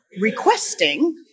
requesting